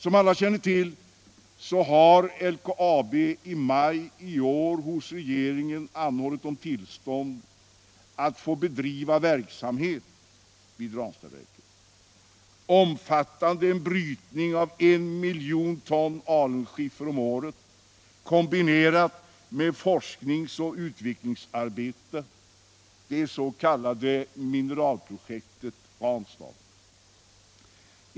Som alla känner till har LKAB i maj i år hos regeringen anhållit om tillstånd att få bedriva verksamhet vid Ranstadsverket omfattande en brytning av en miljon ton alunskiffer om året, kombinerat med en forskningsoch utvecklingsverksamhet — Mineralprojektet Ranstad.